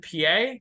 pa